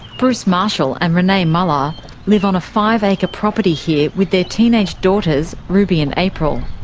bruce marshall and renee mullar live on a five-acre property here with their teenaged daughters, ruby and april.